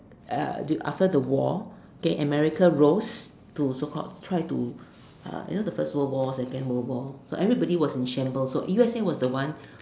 uh after the war okay America rose to so called try to uh you know the first world war second world war so everybody was in shambles so U_S_A was the one